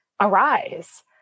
arise